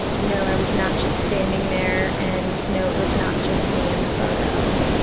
no, i was not just standing there. and, no, it was not just me in the photo.